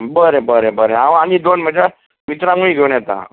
बरें बरें बरें हांव आनी दोन म्हज्या मित्रांकूय घेवन येता